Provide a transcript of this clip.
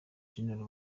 jenerali